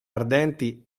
ardenti